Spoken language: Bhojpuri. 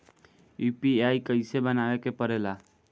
यू.पी.आई कइसे बनावे के परेला?